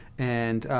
and